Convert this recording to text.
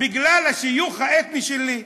בגלל השיוך האתני שלי.